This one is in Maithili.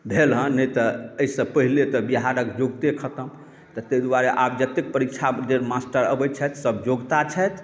भेल हँ नहि तऽ एहिसँ पहिले तऽ बिहारक योग्यते खतम तऽ ताहि दुआरे आब जत्तेक परीक्षा जे मास्टर अबैत छथि सभ योग्यता छथि